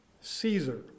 Caesar